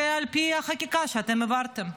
זה על פי החקיקה שאתם העברתם.